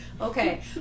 Okay